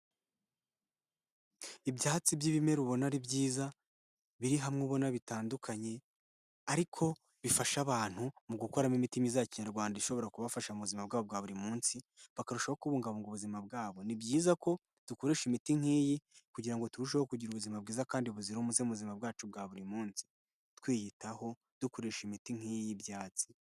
Ibyatsi by'ibimera ubona ari byiza biri hamwe ubona bitandukanye ariko bifasha abantu mu gukoramo imiti myiza ya Kinyarwanda ishobora kubafasha mu buzima bwabo bwa buri munsi, bakarushaho kubungabunga ubuzima bwabo. Ni byiza ko dukoresha imiti nk'iyi kugira ngo turusheho kugira ubuzima bwiza kandi buzira umuze mu buzima bwacu bwa buri munsi, twiyitaho dukoresha imiti nk'iyi y'ibyatsi.